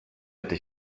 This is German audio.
hätte